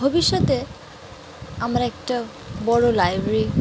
ভবিষ্যতে আমার একটা বড়ো লাইব্রেরি